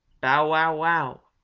bow, wow, wow!